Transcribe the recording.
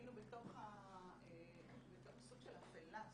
היינו בתוך עיסוק של אפלה,